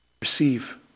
Receive